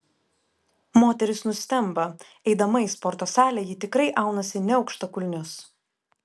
moteris nustemba eidama į sporto salę ji tikrai aunasi ne aukštakulnius